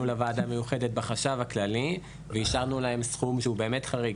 לוועדה המיוחדת בחשב הכללי ואישרנו להם סכום שהוא באמת חריג,